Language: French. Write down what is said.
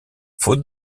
faute